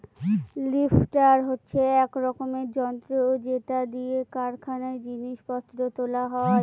lifter হচ্ছে এক রকমের যন্ত্র যেটা দিয়ে কারখানায় জিনিস পত্র তোলা হয়